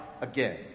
again